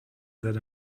that